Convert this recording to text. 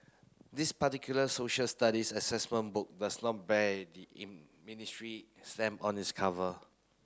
this particular Social Studies Assessment Book does not bear the ministry stamp on its cover